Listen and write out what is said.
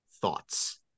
thoughts